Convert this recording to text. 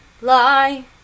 lie